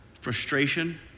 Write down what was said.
frustration